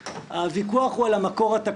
קחו את זה